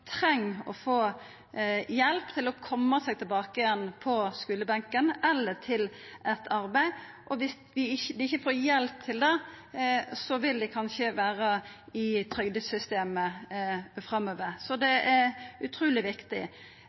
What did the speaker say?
treng å få hjelp til å koma seg tilbake på skulebenken eller til eit arbeid. Viss dei ikkje får hjelp til det, vil dei kanskje vera i trygdesystemet framover. Så det er utruleg viktig.